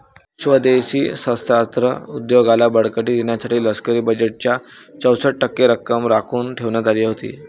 स्वदेशी शस्त्रास्त्र उद्योगाला बळकटी देण्यासाठी लष्करी बजेटच्या चौसष्ट टक्के रक्कम राखून ठेवण्यात आली होती